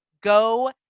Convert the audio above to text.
go